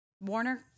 Warner